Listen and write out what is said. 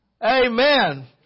Amen